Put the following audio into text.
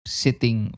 sitting